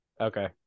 Okay